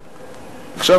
עכשיו,